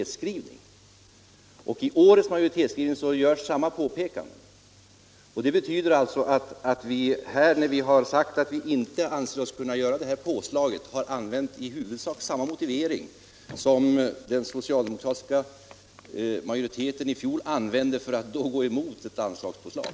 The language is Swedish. I årets majoritetsskrivning görs samma påpekande. Det betyder att när vi har sagt att vi inte anser oss kunna tillstyrka det här påslaget, har vi använt i huvudsak samma motivering som den socialdemokratiska majoriteten i fjol använde för att då gå emot ett anslagspåslag.